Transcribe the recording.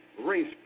race